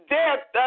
death